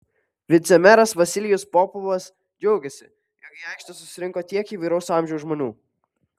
vicemeras vasilijus popovas džiaugėsi jog į aikštę susirinko tiek įvairaus amžiaus žmonių